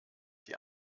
die